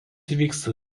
vyksta